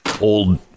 old